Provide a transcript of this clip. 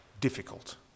difficult